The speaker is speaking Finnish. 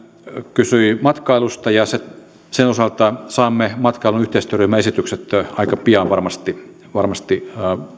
kysyi matkailusta ja sen osalta saamme matkailun yhteistyöryhmäesitykset aika pian varmasti varmasti